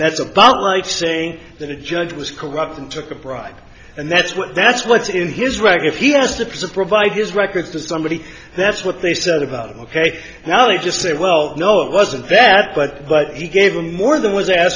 that's about right saying that a judge was corrupt and took a bribe and that's what that's what's in his reg if he has to pursue provide his records to somebody that's what they said about ok now they just say well no it wasn't bad but but he gave them more than was a